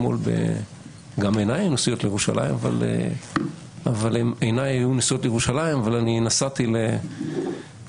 גם עיניי היו נשואות לירושלים אבל אני נסעתי להמשך